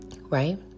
right